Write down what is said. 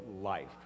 life